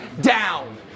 down